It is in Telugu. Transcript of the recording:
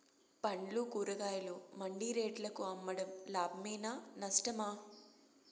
పండ్లు కూరగాయలు మండి రేట్లకు అమ్మడం లాభమేనా నష్టమా?